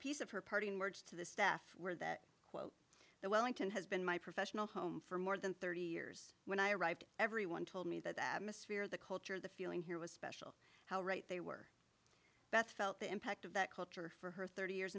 piece of her parting words to the staff were that quote that wellington has been my professional home for more than thirty years when i arrived everyone told me that the atmosphere the culture the feeling here was special how right they were beth felt the impact of that culture for her thirty years